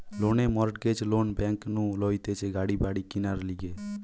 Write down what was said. লোকে mortgage loan bank নু লইতেছে গাড়ি বাড়ি কিনার লিগে